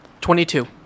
Twenty-two